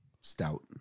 stout